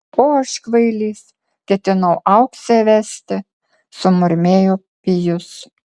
o aš kvailys ketinau auksę vesti sumurmėjo pijus